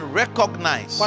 recognize